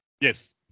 Yes